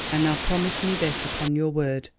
and now promise me this upon your word.